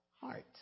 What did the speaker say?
heart